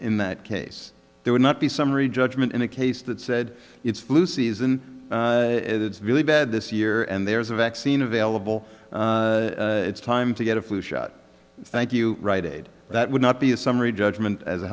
in that case there would not be summary judgment in a case that said it's flu season it's really bad this year and there's a vaccine available it's time to get a flu shot thank you rite aid that would not be a summary judgment as a